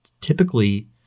typically